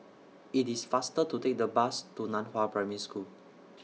IT IS faster to Take The Bus to NAN Hua Primary School